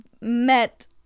met